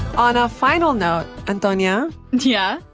on a final note, antonia? yeah?